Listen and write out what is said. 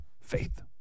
faith